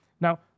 Now